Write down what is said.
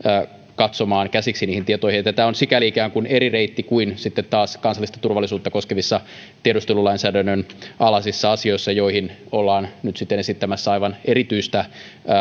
katsomaan käsiksi niihin tietoihin tämä on sikäli ikään kuin eri reitti kuin sitten taas kansallista turvallisuutta koskevissa tiedustelulainsäädännön alaisissa asioissa joihin ollaan nyt sitten esittämässä aivan erityistä